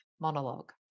monologue